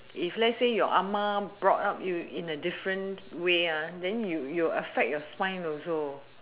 if let's say your brought up you in a different way then you you will affect your spine also